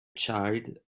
child